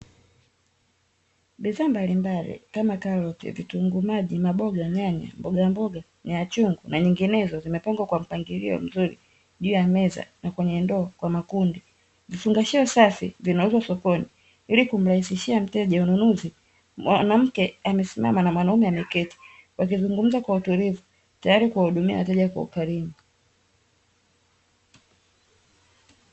Bidhaa mbalimbali kama karoti, vitunguu maji, maboga, nyanya, mbogamboga, nyanyachungu na nyinginezo zimepangwa zimepangwa kwa mpangilio mzuri juu ya meza na kwenye ndoo kwa makundi, Vifungashio safi vinauzwa sokoni ilikumrahisishia mteja ununuzi. Mawanamke amesimama na mwanaume ameketi wakizungumza kwa utulivu tayari kuwahudumia wateja kwa ukarimu.